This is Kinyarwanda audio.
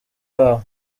babo